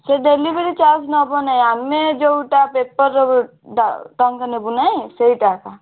ସେ delivery charge ନେବ ନାଇଁ ଆମେ ଯେଉଁଟା ପେପର୍ ଟଙ୍କା ନେବୁ ନାଁ ସେଇଟା ଏକା